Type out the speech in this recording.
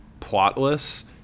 plotless